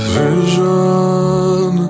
vision